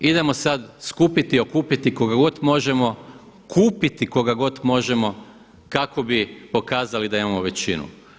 Idemo sada skupiti, okupiti koga god možemo, kupiti koga god možemo kako bi pokazali da imamo većinu.